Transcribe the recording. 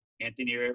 Anthony